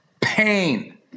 pain